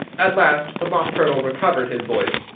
at last the mock turtle recovered his voice,